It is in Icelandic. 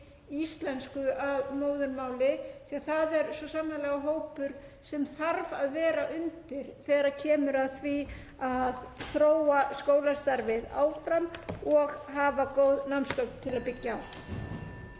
íslensku að móðurmáli. Það er svo sannarlega hópur sem þarf að vera undir þegar kemur að því að þróa skólastarfið áfram og hafa góð námsgögn til að byggja á.